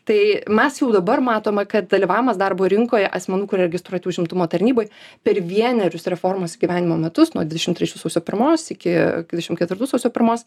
tai mes jau dabar matome kad dalyvavimas darbo rinkoje asmenų kurie registruoti užimtumo tarnyboje per vienerius reformos įgyvendinimo metus nuo dvidešimt trečių sausio pirmos iki iki dvidešimt ketvirtų sausio pirmos